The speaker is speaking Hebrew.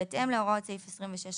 בהתאם להוראות סעיף 26ח,